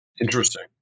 Interesting